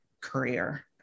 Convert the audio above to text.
career